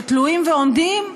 שתלויים ועומדים,